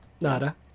nada